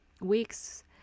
weeks